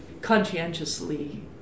conscientiously